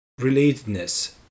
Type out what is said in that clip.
relatedness